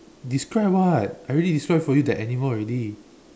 describe [what] I already describe for you the animal already